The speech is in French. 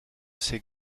ces